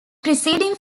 preceding